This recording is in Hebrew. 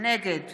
נגד